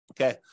Okay